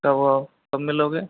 तो कब मिलोगे